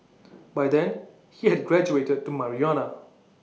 by then he had graduated to marijuana